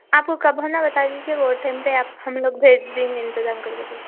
آپ کو کب ہونا بتا دیجیے وہ ٹائم پہ آپ ہم لوگ بھیج دیں گے انتظام کر کے بولو